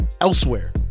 elsewhere